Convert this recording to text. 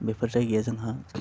बेफोर जायगाया जोंहा